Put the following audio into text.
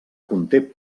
conté